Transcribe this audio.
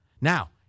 Now